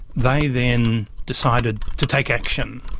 they then decided to take action.